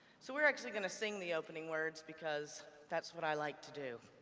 so we're actually going to sing the opening words, because that's what i like to do.